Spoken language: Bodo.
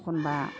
एखबा